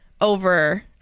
over